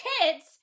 kids